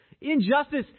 Injustice